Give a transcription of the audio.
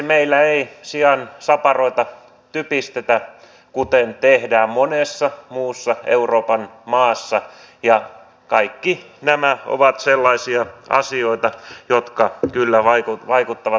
meillä esimerkiksi ei siansaparoita typistetä kuten tehdään monessa muussa euroopan maassa ja kaikki nämä ovat sellaisia asioita jotka kyllä vaikuttavat tuottajan asemaan